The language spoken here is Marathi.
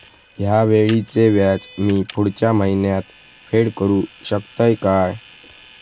हया वेळीचे व्याज मी पुढच्या महिन्यात फेड करू शकतय काय?